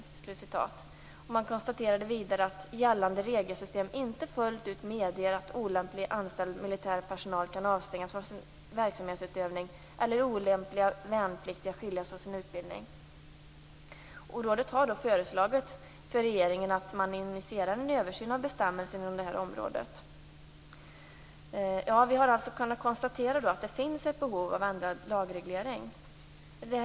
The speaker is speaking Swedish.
Man konstaterade vidare att "gällande regelsystem inte fullt ut medger att olämplig anställd militär personal kan avstängas från sin verksamhetsutövning eller olämpliga värnpliktiga skiljas från sin utbildning". Rådet har föreslagit att regeringen initierar en översyn av bestämmelserna inom det här området. Vi har alltså kunnat konstatera att det finns ett behov av ändrad lagreglering.